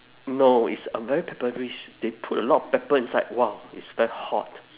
no it's a very pepperish they put a lot of pepper inside !wah! it's very hot